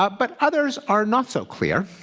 but but others are not so clear,